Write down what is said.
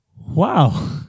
Wow